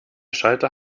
schalter